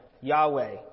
Yahweh